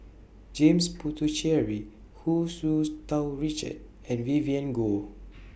James Puthucheary Hu Tsu Tau Richard and Vivien Goh